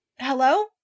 hello